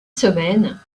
semaines